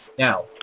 Now